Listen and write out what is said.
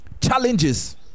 Challenges